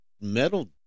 metal